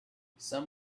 some